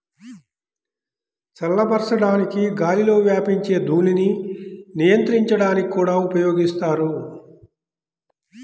చల్లబరచడానికి గాలిలో వ్యాపించే ధూళిని నియంత్రించడానికి కూడా ఉపయోగిస్తారు